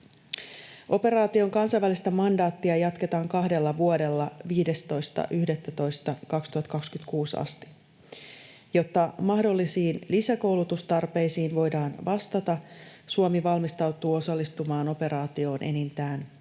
Operaation kansainvälistä mandaattia jatketaan kahdella vuodella 15.11.2026 asti. Jotta mahdollisiin lisäkoulutustarpeisiin voidaan vastata, Suomi valmistautuu osallistumaan operaatioon enintään 60